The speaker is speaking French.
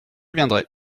viendrai